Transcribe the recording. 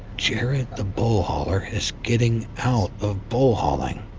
jared the bull hauler is getting out of bull hauling.